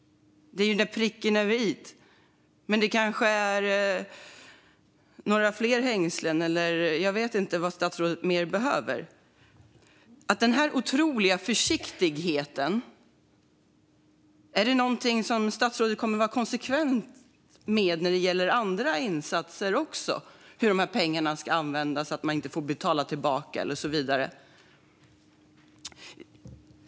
Det är pricken över i:et. Men det är kanske några fler hängslen som behövs. Jag vet inte vad statsrådet mer behöver. Är den otroliga försiktigheten något som statsrådet kommer att vara konsekvent med när det gäller även andra insatser - hur pengarna ska användas så att de inte behöver betalas tillbaka och så vidare?